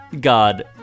god